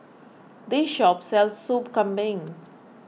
this shop sells Sop Kambing